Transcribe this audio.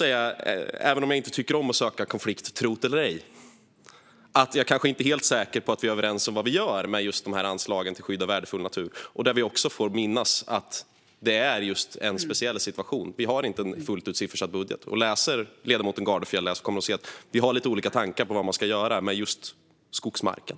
Även om jag inte tycker om att söka konflikt - tro det eller ej - vill jag säga att jag inte är helt säker på att vi är överens om vad som ska göras med anslaget om att skydda värdefull natur. Det är nu en speciell situation. Vi har inte en fullt ut siffersatt budget. Om ledamoten Gardfjell läser den ser hon att vi har lite olika tankar om vad man ska göra med just skogsmarken.